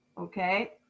okay